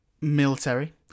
military